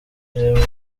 reba